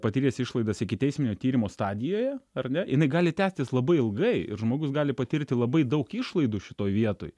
patyręs išlaidas ikiteisminio tyrimo stadijoje ar ne jinai gali tęstis labai ilgai ir žmogus gali patirti labai daug išlaidų šitoj vietoj